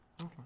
Okay